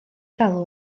galw